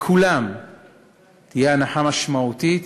לכולם תהיה הנחה משמעותית,